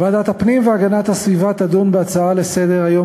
ועדת הפנים והגנת הסביבה תדון בהצעה לסדר-היום